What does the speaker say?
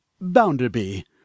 Bounderby